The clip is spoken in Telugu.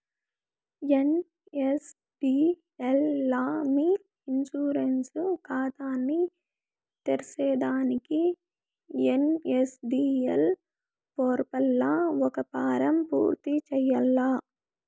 ఎన్.ఎస్.డి.ఎల్ లా మీ ఇన్సూరెన్స్ కాతాని తెర్సేదానికి ఎన్.ఎస్.డి.ఎల్ పోర్పల్ల ఒక ఫారం పూర్తి చేయాల్ల